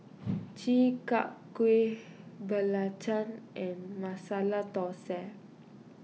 Chi Kak Kuih Belacan and Masala Thosai